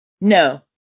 No